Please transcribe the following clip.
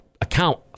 account